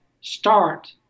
start